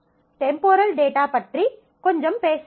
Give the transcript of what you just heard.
temporal data பற்றி கொஞ்சம் பேசினோம்